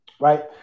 right